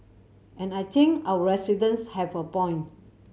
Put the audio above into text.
and I think our residents have a point